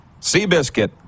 Seabiscuit